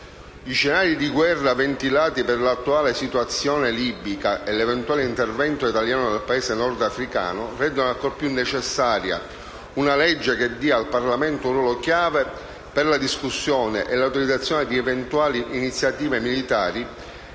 scenari di guerra ventilati per l'attuale situazione libica e l'eventuale intervento italiano nel Paese nordafricano rendono ancor più necessaria una legge che dia al Parlamento un ruolo chiave per la discussione e l'autorizzazione di eventuali iniziative militari,